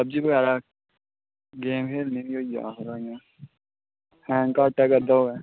pub जी बगैरा game खेढने ई बी होई जाना थोह्ड़ा इ'यां ऐं गाटा करदा होऐ